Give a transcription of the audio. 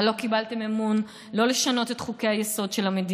אבל לא קיבלתם אמון לשנות את חוקי-היסוד של המדינה